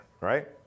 right